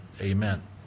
Amen